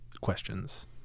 questions